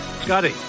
Scotty